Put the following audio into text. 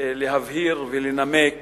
להבהיר ולנמק